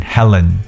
Helen 。